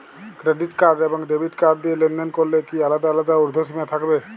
Credit card এবং debit card দিয়ে লেনদেন করলে কি আলাদা আলাদা ঊর্ধ্বসীমা থাকবে?